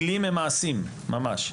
מילים הם מעשים ממש,